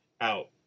out